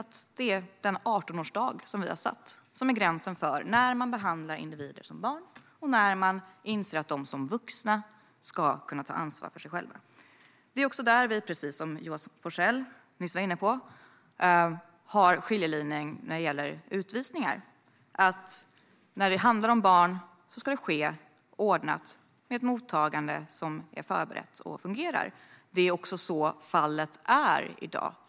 Det handlar om den 18-årsdag som vi har satt som gräns för när man behandlar individer som barn och när man inser att de som vuxna ska kunna ta ansvar för sig själva. Det är också där vi, precis som Johan Forssell nyss var inne på, har skiljelinjen när det gäller utvisningar. När det handlar om barn ska det ske ordnat, med ett mottagande som är förberett och fungerar. Det är också så fallet är i dag.